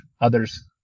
others